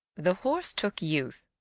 the horse took youth,